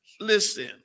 Listen